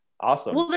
awesome